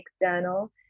external